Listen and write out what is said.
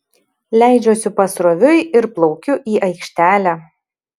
leidžiuosi pasroviui ir plaukiu į aikštelę